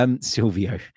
Silvio